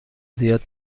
زیاد